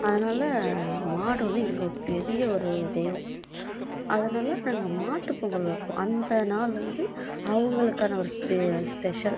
அதனால மாடு வந்து எங்களுக்கு பெரிய ஒரு தெய்வம் அதனால நாங்கள் மாட்டு பொங்கல் வைப்போம் அந்த நாள் வந்து அதுகளுக்கான ஒரு ஸ்பெஷல்